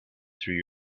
through